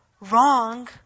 wrong